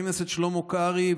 חבר הכנסת שלמה קרעי,